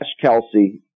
Kelsey